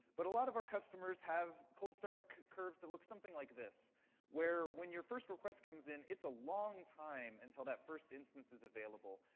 but a lot of our customers have cold start curves that look something like this where when your first request comes in, it's a long time until the first instance is available.